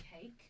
cake